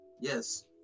Yes